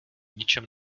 ničem